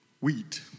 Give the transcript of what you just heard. wheat